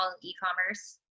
e-commerce